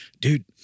dude